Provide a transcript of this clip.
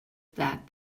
that